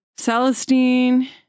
Celestine